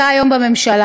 אתה היום בממשלה.